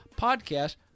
podcast